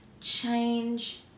change